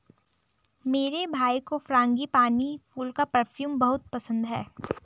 मेरे भाई को फ्रांगीपानी फूल का परफ्यूम बहुत पसंद है